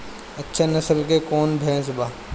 अच्छा नस्ल के कौन भैंस बा?